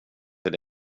till